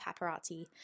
paparazzi